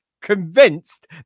convinced